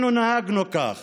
אנחנו נהגנו כך